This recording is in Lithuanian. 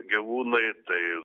gyvūnai tai